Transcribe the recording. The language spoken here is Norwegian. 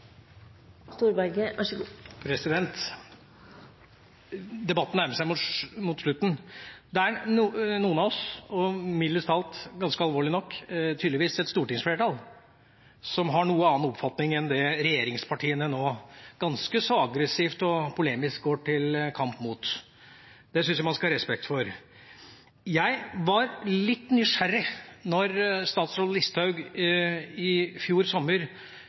noen av oss – og ganske alvorlig nok tydeligvis et stortingsflertall – som har en noe annen oppfatning enn det regjeringspartiene nå ganske så aggressivt og polemisk går til kamp mot. Det syns jeg man skal ha respekt for. Jeg var litt nysgjerrig da statsråd Listhaug i fjor sommer